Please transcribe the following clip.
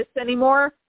anymore